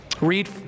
read